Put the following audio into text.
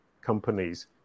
companies